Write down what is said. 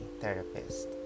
therapist